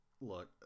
Look